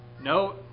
No